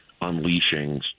unleashing